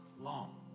long